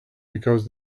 because